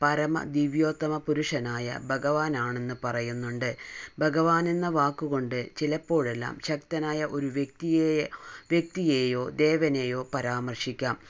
പരമ ദിവ്യോത്തമ പുരുഷനായ ഭഗവാനാണെന്ന് പറയുന്നുണ്ട് ഭഗവാനെന്ന വാക്കുകൊണ്ട് ചിലപ്പോഴെല്ലാം ശക്തനായ ഒരു വ്യക്തിയെ വ്യക്തിയേയോ ദേവനേയോ പരാമർശിക്കാം